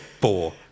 four